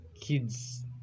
Kids